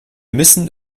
müssen